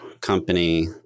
company